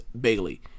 bailey